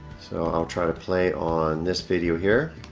so i'll try to play on this video here